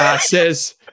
says